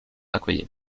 accoyer